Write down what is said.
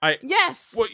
Yes